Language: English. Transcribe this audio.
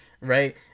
right